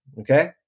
okay